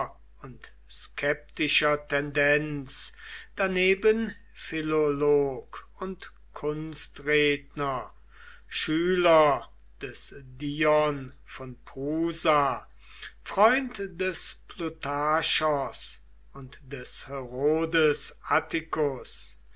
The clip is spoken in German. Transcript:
und skeptischer tendenz daneben philolog und kunstredner schüler des dion von prusa freund des plutarchos und des herodes atticus